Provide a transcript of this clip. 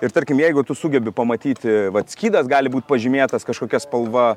ir tarkim jeigu tu sugebi pamatyti vat skydas gali būti pažymėtas kažkokia spalva